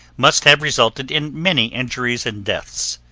must have resulted in many injuries and deaths.